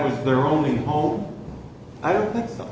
was their only home i don't think so